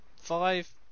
five